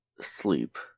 Sleep